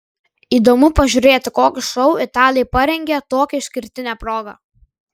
įdomu pažiūrėti kokį šou italai parengė tokia išskirtine proga